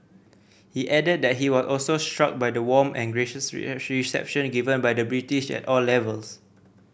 he added that he was also struck by the warm and gracious reception given by the British at all levels